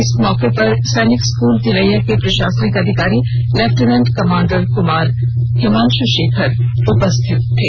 इस मौके पर सैनिक स्कूल तिलैया के प्रशासनिक अधिकारी लेफ्टिनेंट कमांडर कुमार हिमांशु शेखर उपस्थित थे